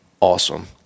awesome